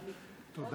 כן.